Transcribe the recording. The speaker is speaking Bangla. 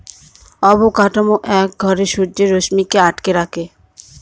অবকাঠামো এক ঘরে সূর্যের রশ্মিকে আটকে রাখে